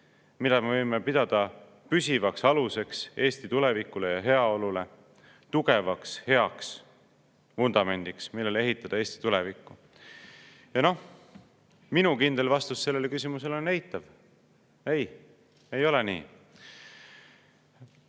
mida me võime pidada püsivaks aluseks Eesti tulevikule ja heaolule, tugevaks, heaks vundamendiks, millele ehitada Eesti tulevikku? Ja noh, minu kindel vastus sellele küsimusele on eitav. Ei, ei ole nii.